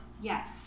yes